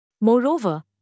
Moreover